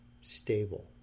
stable